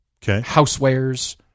housewares